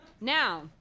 Now